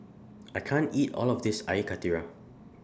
I can't eat All of This Air Karthira